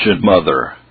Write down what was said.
Mother